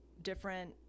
different